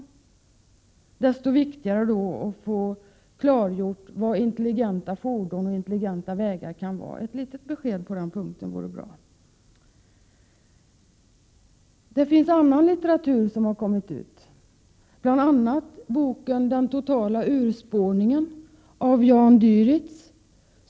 Därför är det desto viktigare att få klargjort vad intelligenta fordon och vägar kan vara. Ett litet besked på den punkten vore bra. Det finns annan litteratur som har kommit ut, bl.a. boken ”Den totala urspårningen” av Jan du Rietz.